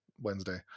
Wednesday